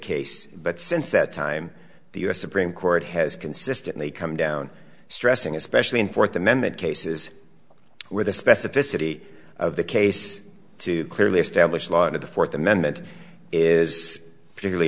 case but since that time the u s supreme court has consistently come down stressing especially in fourth amendment cases where the specificity of the case to clearly establish law and the fourth amendment is particularly